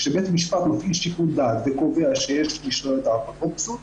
כשבית המשפט מפעיל שיקול דעת וקובע שיש לשלול את האפוטרופסות,